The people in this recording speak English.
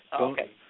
Okay